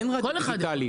אין רדיו דיגיטלי.